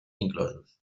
inclosos